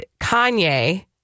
Kanye